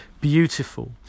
beautiful